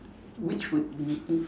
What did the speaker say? which would be it